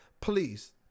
please